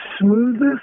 smoothest